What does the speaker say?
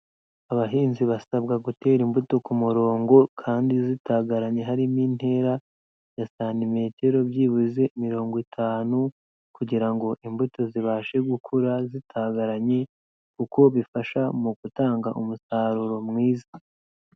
Abahinzi basabwa gutera imbuto ku kumurongo kandi zitagaranye, harimo intera ya santimetero byibuze mirongo itanu kugirango imbuto zibashe gukura zitagaranye kuko bifasha mu gutanga umusaruro mwiza.